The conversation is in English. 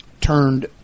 turned